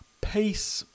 Peace